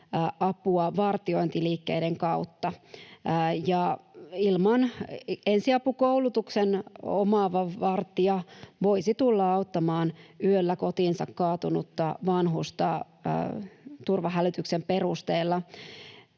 apua vartiointiliikkeiden kautta, ja ensiapukoulutuksen omaava vartija voisi tulla auttamaan yöllä kotiinsa kaatunutta vanhusta turvahälytyksen perusteella.